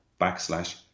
backslash